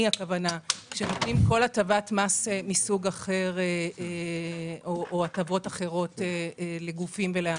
כשנותנים כל הטבת מס מסוג אחר או הטבות אחרות לגופים ולעמותות.